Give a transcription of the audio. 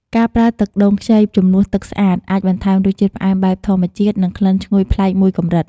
ការប្រើទឹកដូងខ្ចីជំនួសទឹកស្អាត អាចបន្ថែមរសជាតិផ្អែមបែបធម្មជាតិ និងក្លិនឈ្ងុយប្លែកមួយកម្រិត។